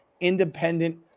independent